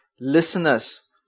listeners